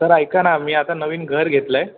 sir ऐका ना मी आता नवीन घर घेतलं आहे